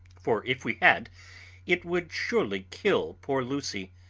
for if we had it would surely kill poor lucy,